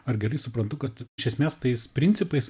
ar gerai suprantu kad iš esmės tais principais